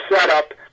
setup